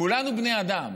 כולנו בני אדם.